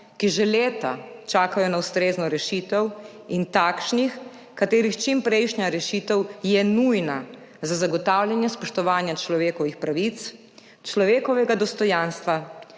ki že leta čakajo na ustrezno rešitev, in takšnih, katerih čimprejšnja rešitev je nujna za zagotavljanje spoštovanja človekovih pravic, človekovega dostojanstva